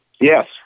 Yes